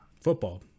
football